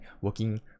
working